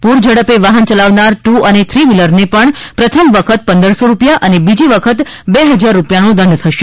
પૂરઝડપે વાહન ચલાવનાર ટુ અને થ્રી વ્હીલરને પ્રથમ વખત પંદરસો રૂપિયા અને બીજી વખત બે હજાર રૂપિયાનો દંડ થશે